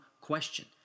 question